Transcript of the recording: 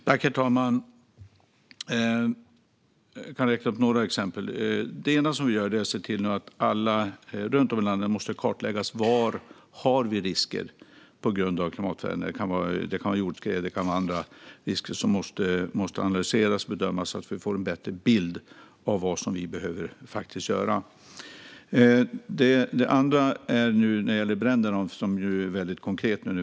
Herr talman! Jag kan räkna upp några exempel. En sak som vi nu gör är att se till att det nu runt om i landet måste kartläggas var vi har risker på grund av klimatförändringar. Det kan vara risk för jordskred och andra risker som måste analyseras och bedömas så att vi får en bättre bild av vad vi behöver göra. Det andra gäller bränderna, som nu är något väldigt konkret.